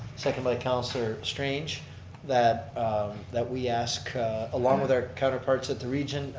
second by counselor strange that that we ask along with our counterparts at the region,